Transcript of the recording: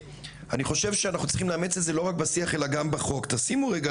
אני חושב שאנחנו צריכים לאמץ את זה לא רק בשיח אלא גם בחוק תשימו רגע